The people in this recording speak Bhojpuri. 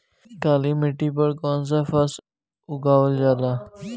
काली मिट्टी पर कौन सा फ़सल उगावल जाला?